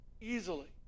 Easily